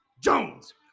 Jones